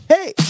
Hey